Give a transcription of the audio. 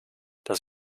dass